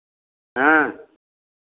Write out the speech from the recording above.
हाँ